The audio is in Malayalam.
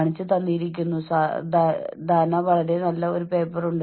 ജീവനക്കാരുമായി ഔപചാരികമായ സംഘടനാ ആശയവിനിമയം വർദ്ധിപ്പിക്കുക